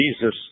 Jesus